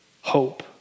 hope